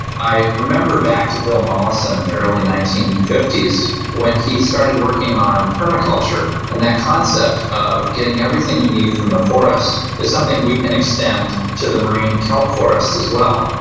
i remember back to bill mollison in the early nineteen fifty s when he started working on permaculture, and that concept of getting everything you need from the forest is something we can extend to the marine kelp forests as well.